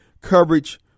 coverage